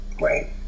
right